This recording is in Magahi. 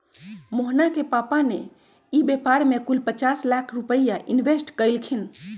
मोहना के पापा ने ई व्यापार में कुल पचास लाख रुपईया इन्वेस्ट कइल खिन